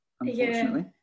unfortunately